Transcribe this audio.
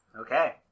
Okay